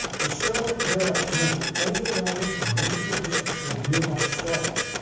the stellar parallax method only allowed us to measure the distance to nearby stars,